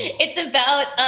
it's about